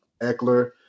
Eckler